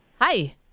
hi